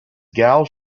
gal